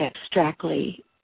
abstractly